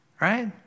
right